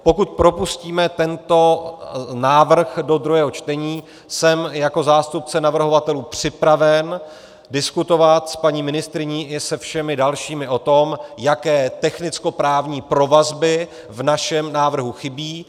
Pokud propustíme tento návrh do druhého čtení, jsem jako zástupce navrhovatelů připraven diskutovat s paní ministryní i se všemi dalšími o tom, jaké technickoprávní provazby v našem návrhu chybí.